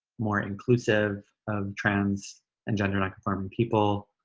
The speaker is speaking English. more inclusive of trans and gender non-conforming people,